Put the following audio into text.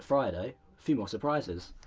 friday. few more surprises!